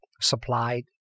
supplied